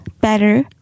better